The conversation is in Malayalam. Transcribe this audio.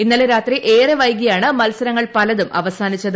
ഇന്നലെ രാത്രി ഏറെ വൈകിയാണ് മത്സരങ്ങൾ പലതും അവസാനിച്ചത്